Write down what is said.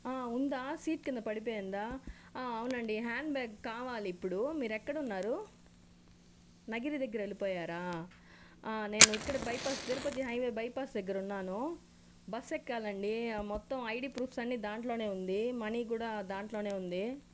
ఉందా సీట్ కింద పడిపోయిందా అవును అండి హ్యాండ్ బ్యాగ్ కావాలి ఇప్పుడు మీరు ఎక్కడున్నారు నగిరి దగ్గర వెళ్ళిపోయారా నేను ఇక్కడ బైపాస్ తిరుపతి హైవే బైపాస్ దగ్గర ఉన్నాను బస్సు ఎక్కాలండి మొత్తం ఐడి ప్రూఫ్స్ అన్ని దాంట్లోనే ఉంది మనీ కూడా దాంట్లోనే ఉంది